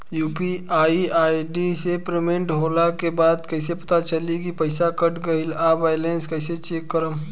UPI ID से payment होला के बाद कइसे पता चली की पईसा कट गएल आ बैलेंस कइसे चेक करम?